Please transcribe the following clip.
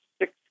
six